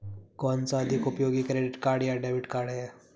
कौनसा अधिक उपयोगी क्रेडिट कार्ड या डेबिट कार्ड है?